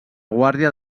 guàrdia